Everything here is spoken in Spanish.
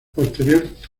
posteriormente